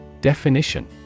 Definition